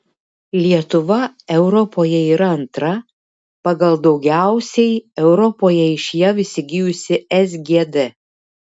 lietuva europoje yra antra pagal daugiausiai europoje iš jav įsigijusi sgd